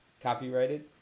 Copyrighted